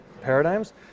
paradigms